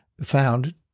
found